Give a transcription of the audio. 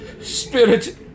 Spirit